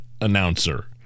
announcer